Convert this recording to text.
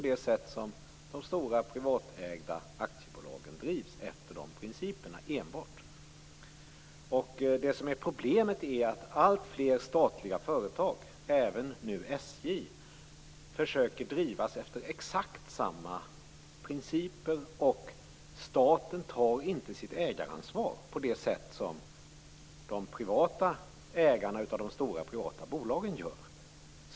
De stora privatägda aktiebolagen drivs efter enbart den principen. Det som är problemet är att alltfler statliga företag, även SJ, försöker drivas efter exakt samma principer men att staten inte tar sitt ägaransvar på det sätt som de privata ägarna i de stora privata bolagen gör.